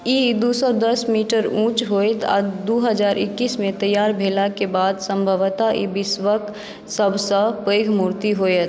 ई दू सए दस मीटर ऊँच होयत आ दू हजार एक्कैसमे तैयार भेलाक बाद सम्भवत ई विश्वक सभसँ पैघ मूर्ति होयत